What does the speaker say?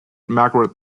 margaret